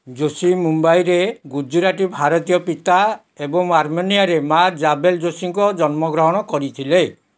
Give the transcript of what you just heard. ଯୋଶୀ ମୁମ୍ବାଇରେ ଗୁଜୁରାଟୀ ଭାରତୀୟ ପିତା ଏବଂ ଆର୍ମେନିଆର ମା' ଜାବେଲ୍ ଯୋଶୀଙ୍କ ଜନ୍ମ ଗ୍ରହଣ କରିଥିଲେ